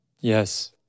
Yes